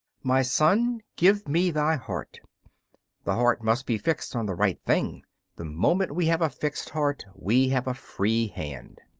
my son give me thy heart the heart must be fixed on the right thing the moment we have a fixed heart we have a free hand.